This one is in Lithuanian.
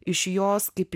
iš jos kaip